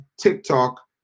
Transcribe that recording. TikTok